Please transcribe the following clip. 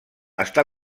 està